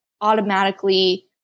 automatically